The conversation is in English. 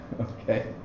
okay